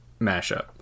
mashup